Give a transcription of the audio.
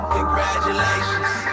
Congratulations